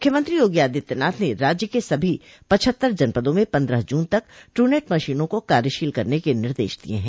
मुख्यमंत्री योगी आदित्यनाथ ने राज्य के सभी पचहत्तर जनपदों में पन्द्रह जून तक ट्रूनेट मशीनों को कार्यशील करने के निर्देश दिये हैं